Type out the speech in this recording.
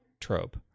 trope